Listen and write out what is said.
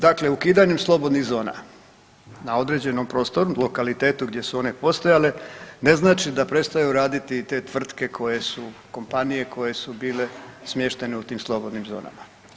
Dakle, ukidanjem slobodnih zona na određenom prostoru, lokalitetu gdje su one postojale ne znači da prestaju raditi i te tvrtke koje su kompanije koje su bile smještene u tim slobodnim zonama.